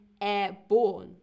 airborne